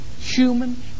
human